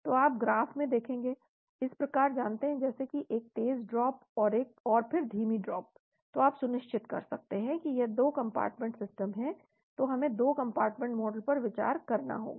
तो आप ग्राफ में देखेंगे इस प्रकार जानते हैं जैसे कि एक तेज़ ड्रॉप और फिर धीमी ड्रॉप तो आप सुनिश्चित कर सकते हैं कि यह 2 कंपार्टमेंट सिस्टम है तो हमें 2 कंपार्टमेंट मॉडल पर विचार करना होगा